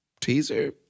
Teaser